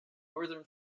northern